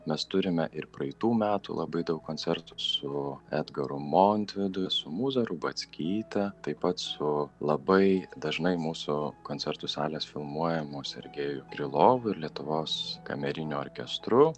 mes turime ir praeitų metų labai daug koncertų su edgaru montvidu su mūza rubackyte taip pat su labai dažnai mūsų koncertų salės filmuojamos sergeju krylovu ir lietuvos kameriniu orkestru